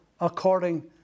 according